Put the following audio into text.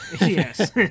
Yes